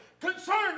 concerned